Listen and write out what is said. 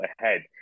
ahead